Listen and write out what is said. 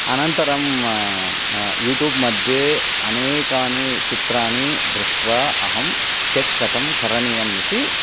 अनन्तरं युट्युब् मध्ये अनेकानि चित्राणि दृष्ट्वा अहं स्केच् कथं करणीयम् इति